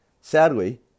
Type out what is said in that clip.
Sadly